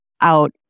out